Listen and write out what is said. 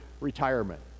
retirement